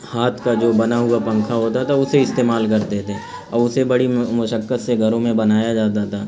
ہاتھ کا جو بنا ہوا پنکھا ہوتا تھا اسے استعمال کرتے تھے اور اسے بڑی مشقت سے گھروں میں بنایا جاتا تھا